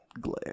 Glare